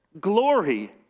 glory